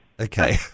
Okay